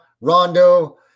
Rondo